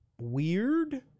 weird